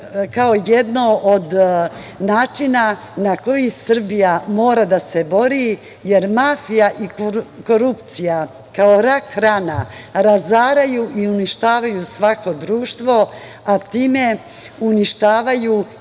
kao jedno od načina na koji Srbija mora da se bori, jer mafija i korupcija kao rak rana, razaraju i uništavaju svako društvo, a time uništavaju